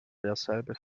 derselbe